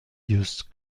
used